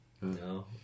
No